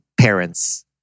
parents